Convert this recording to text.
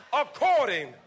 according